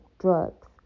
Drugs